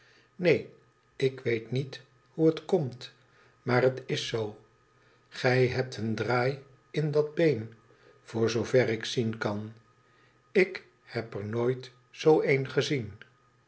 ineen ik weet niet hoe het komt maar het is zoo gij hebt een draai in dat been voor zooveel ik zien kan ik heb er nooit zoo een gezien